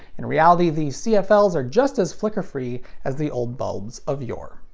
in reality, these cfls are just as flicker-free as the old bulbs of yore.